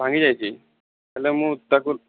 ଭାଙ୍ଗିଯାଇଛି ହେଲେ ମୁଁ ତାକୁ